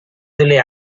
delle